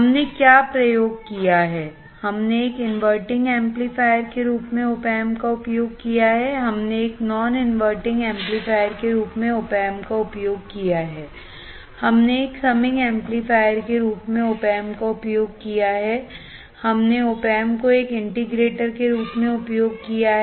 हमने क्या प्रयोग किया है हमने एक इनवरटिंग एम्पलीफायर के रूप में opamp का उपयोग किया है हमने एक नॉन इनवरटिंग एम्पलीफायर के रूप में opamp का उपयोग किया है हमने एक समिंग एम्पलीफायर के रूप में opamp का उपयोग किया है हमने opamp को एक इंटीग्रेटरके रूप में उपयोग किया है